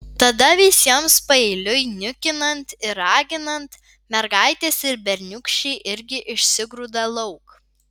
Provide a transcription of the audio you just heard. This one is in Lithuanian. tada visiems paeiliui niukinant ir raginant mergaitės ir berniūkščiai irgi išsigrūda lauk